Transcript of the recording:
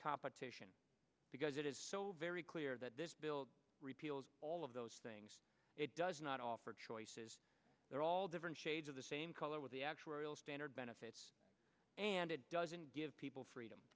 competition because it is so very clear that this bill repealed all of those things it does not offer choices they're all different shades of the same color with the actuarial standard benefits and it doesn't give people freedom